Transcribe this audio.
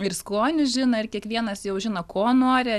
ir skonį žino ir kiekvienas jau žino ko nori